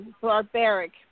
barbaric